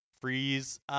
freeze